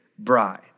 bride